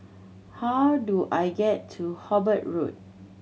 how do I get to Hobart Road